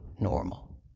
normal